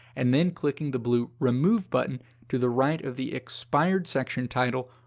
and then clicking the blue remove button to the right of the expired section title.